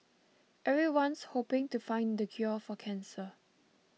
everyone's hoping to find the cure for cancer